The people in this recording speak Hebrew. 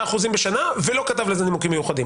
אחוזים בשנה ולא כתב לזה נימוקים מיוחדים?